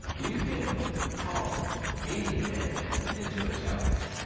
you can talk any redneck into a challenge.